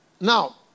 Now